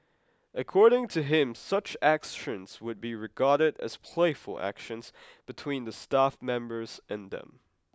according to him such actions would be regarded as playful actions between the staff members and them